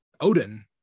Odin